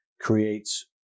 creates